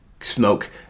smoke